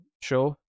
show